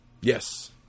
Yes